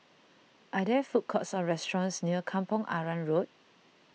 are there food courts or restaurants near Kampong Arang Road